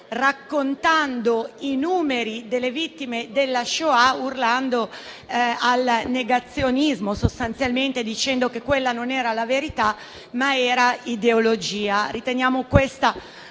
raccontando i numeri delle vittime della Shoah urlando al negazionismo. Sostanzialmente ha detto che quella non era la verità ma ideologia. Riteniamo questa